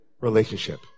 relationship